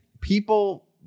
people